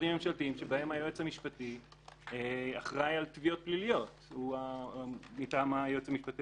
שבהם היועץ המשפטי אחראי על תביעות פליליות מטעם היועץ המשפטי